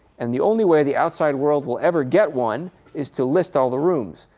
and the only way the outside world will ever get one is to list all the rooms.